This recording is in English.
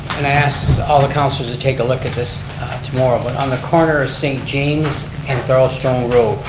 and i asked all the councilors to take a look at this tomorrow. but on the corner of st. james and thorold stone road,